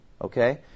Okay